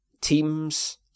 teams